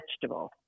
vegetable